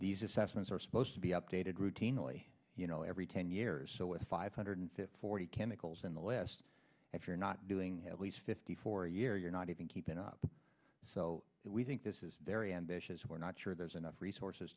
these assessments are supposed to be updated routinely you know every ten years so with five hundred fifty forty chemicals in the last if you're not doing at least fifty four a year you're not even keeping up so we think this is very ambitious we're not sure there's enough resources